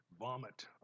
vomit